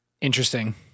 Interesting